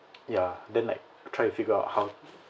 ya then like try to figure out how